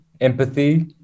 empathy